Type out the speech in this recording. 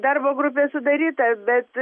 darbo grupė sudaryta bet